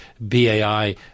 BAI